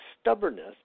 stubbornness